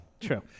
True